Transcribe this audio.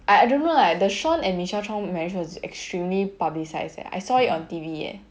I I don't know like the shaun and michelle chong marriage was extremely publicised eh I saw it on T_V eh